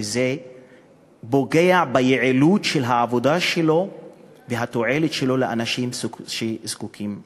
וזה פוגע ביעילות של העבודה שלו ובתועלת שלו לאנשים שזקוקים לו.